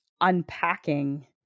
unpacking